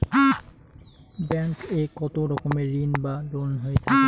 Bank এ কত রকমের ঋণ বা লোন হয়ে থাকে?